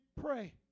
pray